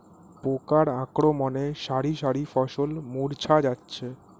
পোকার আক্রমণে শারি শারি ফসল মূর্ছা যাচ্ছে